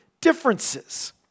differences